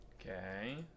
Okay